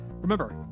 Remember